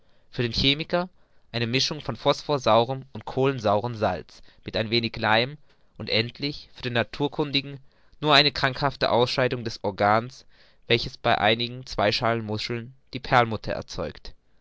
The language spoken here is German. für den chemiker eine mischung von phosphorsaurem und kohlensaurem salz mit ein wenig leim und endlich für den naturkundigen nur eine krankhafte ausscheidung des organs welches bei einigen zweischaligen muscheln die perlmutter erzeugt